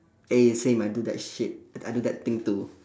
eh same I do that shit I do that thing too